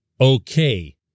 okay